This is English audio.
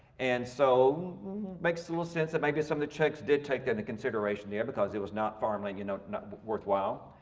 and so makes a little sense that maybe some of the czechs did take into consideration there because it was not farmland, you know not worthwhile.